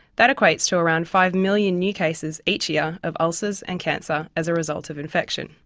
that equates to around five million new cases each year of ulcers and cancer as a result of infection.